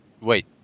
Wait